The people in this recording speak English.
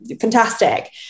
fantastic